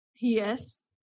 Yes